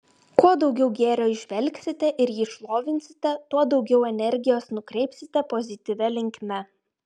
kuo daugiau gėrio įžvelgsite ir jį šlovinsite tuo daugiau energijos nukreipsite pozityvia linkme